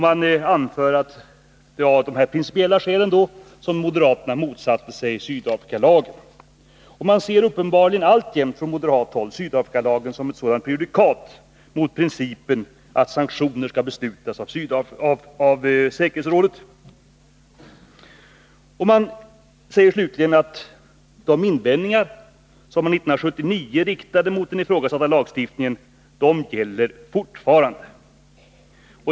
Man anför att det var av dessa principiella skäl som moderaterna motsatte sig Sydafrikalagen. Man ser uppenbarligen alltjämt från moderat håll Sydafrikalagen som ett prejudikat mot principen att sanktioner skall beslutas av säkerhetsrådet. Man säger slutligen att de invändningar som man 1979 riktade mot den ifrågasatta lagstiftningen fortfarande gäller.